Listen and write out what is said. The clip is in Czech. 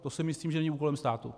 To si myslím, že není úkolem státu.